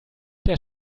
der